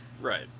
Right